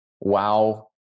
wow